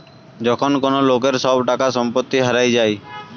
যখন কোন লোকের সব টাকা সম্পত্তি হারিয়ে যায়